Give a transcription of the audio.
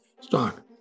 stock